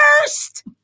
first